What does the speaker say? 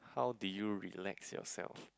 how did you relax yourself